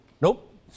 Nope